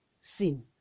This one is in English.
sin